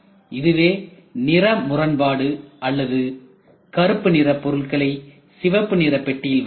இதுவே நிற முரண்பாடு அல்லது கருப்பு நிற பொருட்களை சிவப்பு நிற பெட்டியில் வைத்தல்